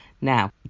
Now